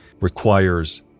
requires